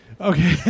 Okay